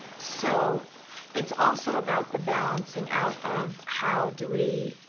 so it's also about the balancing out of how do we,